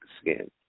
skin